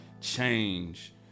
change